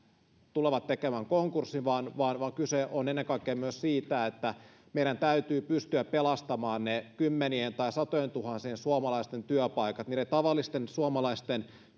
tulevat tekemään konkurssin vaan kyse on ennen kaikkea myös siitä että meidän täytyy pystyä pelastamaan ne kymmenien tai satojentuhansien suomalaisten työpaikat niiden tavallisten suomalaisten